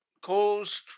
caused